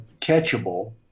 catchable